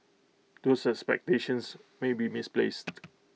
those expectations may be misplaced